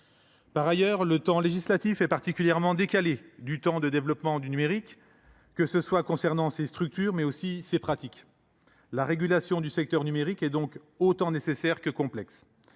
Par ailleurs, le temps législatif est particulièrement déconnecté du temps de développement du numérique, qu’il s’agisse de ses structures ou de ses pratiques. La régulation du secteur numérique est donc aussi nécessaire que complexe.